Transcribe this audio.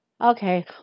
Okay